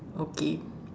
okay